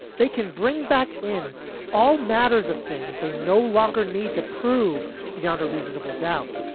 they can bring back in all matters of things they no longer need to prove beyond a reasonable doubt.